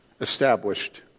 established